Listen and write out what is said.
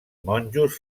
monjos